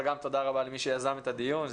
אבל תודה רבה גם למי שיזם את הדיון.